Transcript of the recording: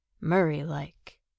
Murray-like